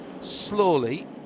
slowly